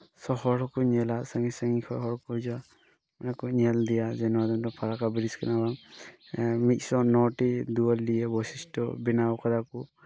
ᱦᱚᱲ ᱦᱚᱸᱠᱚ ᱧᱮᱞᱟ ᱥᱟᱺᱜᱤᱧ ᱥᱟᱺᱜᱤᱧ ᱠᱷᱚᱡ ᱦᱚᱲ ᱠᱚ ᱦᱤᱡᱩᱜᱼᱟ ᱟᱨᱠᱤ ᱧᱮᱞ ᱤᱫᱤᱭᱟ ᱡᱮ ᱱᱚᱰᱮ ᱫᱚ ᱯᱷᱟᱨᱟᱠᱠᱟ ᱵᱨᱤᱡᱽ ᱠᱟᱱᱟ ᱢᱤᱫ ᱥᱚ ᱱᱚ ᱴᱤ ᱫᱩᱣᱟᱹᱨ ᱞᱤᱭᱮ ᱵᱳᱭᱥᱤᱥᱴᱚ ᱵᱮᱱᱟᱣ ᱠᱟᱫᱟ ᱠᱚ